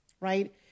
right